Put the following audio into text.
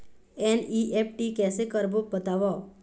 NEFT कैसे करबो बताव?